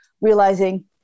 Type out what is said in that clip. realizing